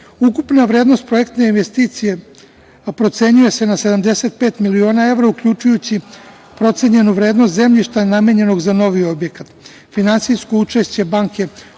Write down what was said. godine. Ukupna vrednost projektne investicije, a procenjuje se na 75 miliona evra, uključujući procenjenu vrednost zemljišta namenjenog za novi objekat. Finansijsko učešće banke